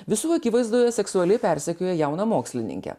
visų akivaizdoje seksualiai persekioja jauną mokslininkę